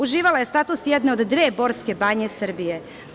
Uživala je status jedne od dve borske banje Srbije.